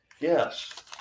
Yes